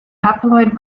haploid